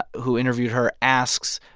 who interviewed her, asks,